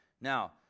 Now